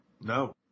No